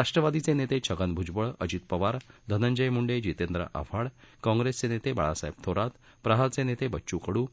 राष्ट्रवादीचे नेते छगन भुजबळ अजित पवार धनंजय मुंडे जितेंद्र आव्हाड काँप्रेसचे नेते बाळासाहेब थोरात प्रहारचे नेते बच्चू कडू